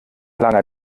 langer